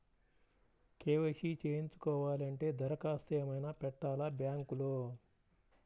KYC చేయించుకోవాలి అంటే దరఖాస్తు ఏమయినా పెట్టాలా బ్యాంకులో?